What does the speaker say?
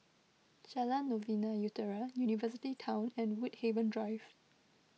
Jalan Novena Utara University Town and Woodhaven Drive